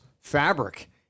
fabric